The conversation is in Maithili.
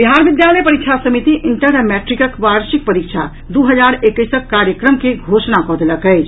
बिहार विद्यालय परीक्षा समिति इंटर आ मैट्रिकक वार्षिक परीक्षा दू हजार एकैसक कार्यक्रम के घोषणा कऽ देलक अछि